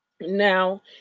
Now